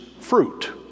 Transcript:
fruit